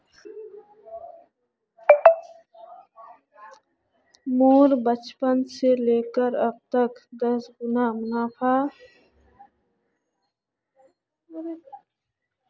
मोर बचपन से लेकर अब तक महंगाईयोत दस गुना मुनाफा होए छे